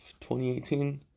2018